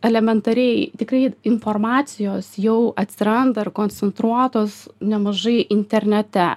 elementariai tikrai informacijos jau atsiranda ir koncentruotos nemažai internete